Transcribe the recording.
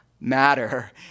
matter